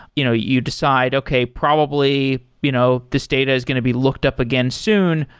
you know you decide, okay. probably you know this data is going to be looked up again soon.